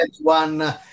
one